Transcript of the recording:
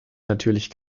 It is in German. natürlich